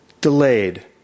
delayed